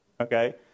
okay